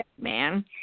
man